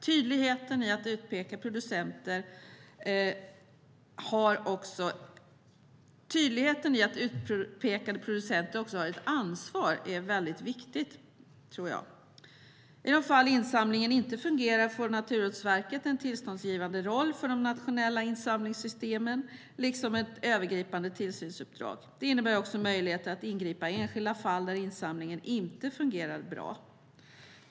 Tydligheten i att utpekade producenter också har ett ansvar tror jag är viktig. I de fall insamlingen inte fungerar får Naturvårdsverket en tillståndsgivande roll för de nationella insamlingssystemen liksom ett övergripande tillsynsuppdrag. Det innebär också möjligheter att ingripa i enskilda fall där insamlingen inte fungerar bra.